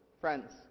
Friends